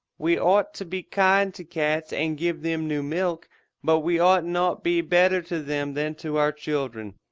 we ought to be kind to cats and give them new milk but we ought not be better to them than to our children.